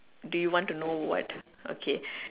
do you want to know what okay